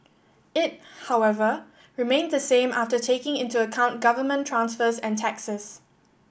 it however remained the same after taking into account government transfers and taxes